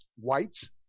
Whites